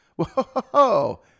Whoa